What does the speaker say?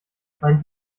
mein